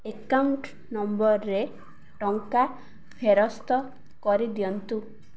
account ନମ୍ବରରେ ଟଙ୍କା ଫେରସ୍ତ କରିଦିଅନ୍ତୁ